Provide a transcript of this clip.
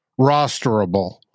rosterable